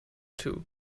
too